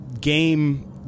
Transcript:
game